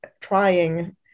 trying